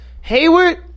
Hayward